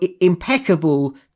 impeccable